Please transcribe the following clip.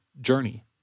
journey